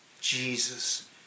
Jesus